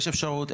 יש אפשרות?